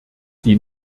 die